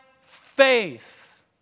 faith